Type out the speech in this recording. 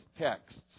texts